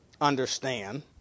understand